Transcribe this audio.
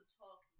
talk